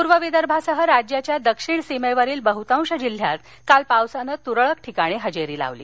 पूर्व विदर्भासह राज्याच्या दक्षिण सीमेवरील बहुतांश जिल्ह्यात काल पावसानं तुरळक ठिकाणी हजेरी लावली